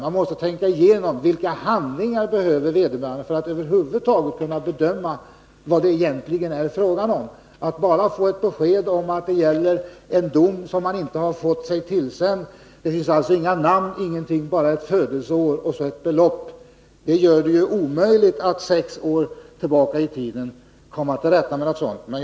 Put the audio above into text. Man måste alltså tänka igenom vilka handlingar vederbörande behöver för att över huvud taget kunna bedöma vad det egentligen är fråga om. Det räcker inte med att bara få besked om att det gäller en dom som man inte har fått sig tillsänd — det finns inga namn, utan bara födelseår och belopp anges. Det gör det omöjligt att komma till rätta med ett ärende som ligger sex år tillbaka i tiden.